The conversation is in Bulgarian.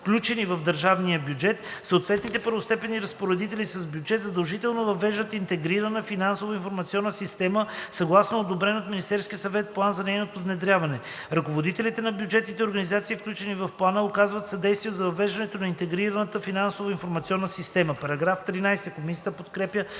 въвеждат Интегрирана финансово-информационна система